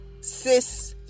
cis